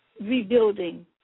rebuilding